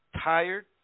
tired